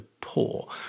poor